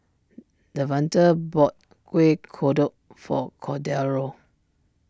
Devante bought Kuih Kodok for Cordero